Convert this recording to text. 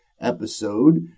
episode